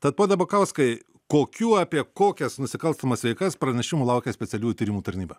taip pone bukauskai kokių apie kokias nusikalstamas veikas pranešimų laukia specialiųjų tyrimų tarnyba